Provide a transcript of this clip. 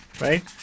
right